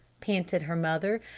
panted her mother.